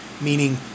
meaning